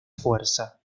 fuerza